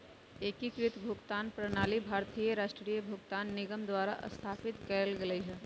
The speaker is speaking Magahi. एकीकृत भुगतान प्रणाली भारतीय राष्ट्रीय भुगतान निगम द्वारा स्थापित कएल गेलइ ह